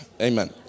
amen